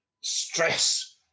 stress